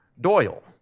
Doyle